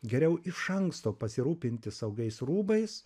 geriau iš anksto pasirūpinti saugais rūbais